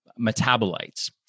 metabolites